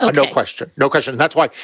ah no question. no question. and that's why.